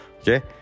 Okay